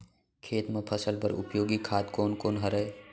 खेत म फसल बर उपयोगी खाद कोन कोन हरय?